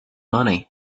money